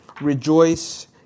rejoice